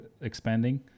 expanding